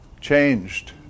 changed